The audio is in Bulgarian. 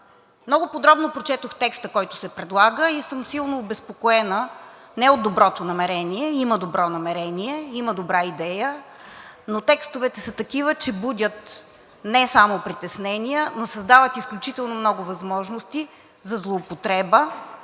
Много подробно прочетох текста, който се предлага, и съм силно обезпокоена не от доброто намерение – има добро намерение, има добра идея, но текстовете са такива, че будят не само притеснения, но създават изключително много възможности за злоупотреба